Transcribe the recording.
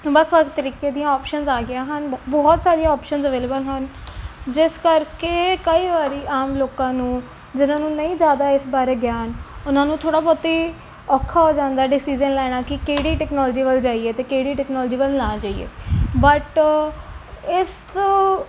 ਵੱਖ ਵੱਖ ਤਰੀਕੇ ਦੀਆਂ ਆਪਸ਼ਨਸ ਆ ਗਈਆਂ ਹਨ ਬ ਬਹੁਤ ਸਾਰੀਆਂ ਆਪਸ਼ਨਸ ਅਵੇਲੇਬਲ ਹਨ ਜਿਸ ਕਰਕੇ ਕਈ ਵਾਰੀ ਆਮ ਲੋਕਾਂ ਨੂੰ ਜਿਨ੍ਹਾਂ ਨੂੰ ਨਹੀਂ ਜ਼ਿਆਦਾ ਇਸ ਬਾਰੇ ਗਿਆਨ ਉਹਨਾਂ ਨੂੰ ਥੋੜ੍ਹਾ ਬਹੁਤੀ ਔਖਾ ਹੋ ਜਾਂਦਾ ਡਿਸੀਜ਼ਨ ਲੈਣਾ ਕਿ ਕਿਹੜੀ ਟੈਕਨੋਲਜੀ ਵੱਲ ਜਾਈਏ ਅਤੇ ਕਿਹੜੀ ਟੈਕਨੋਲਜੀ ਵੱਲ ਨਾ ਜਾਈਏ ਬਟ ਇਸ